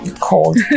cold